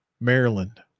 Maryland